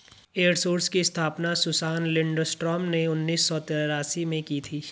एपर सोर्स की स्थापना सुसान लिंडस्ट्रॉम ने उन्नीस सौ तेरासी में की थी